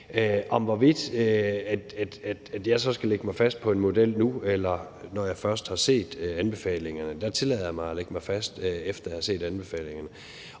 om, hvorvidt jeg så skal lægge mig fast på en model nu, eller når jeg har set anbefalingerne, tillader jeg mig først at lægge mig fast på det, efter jeg har set anbefalingerne.